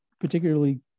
particularly